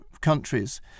countries